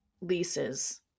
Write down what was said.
leases